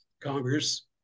Congress